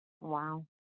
Wow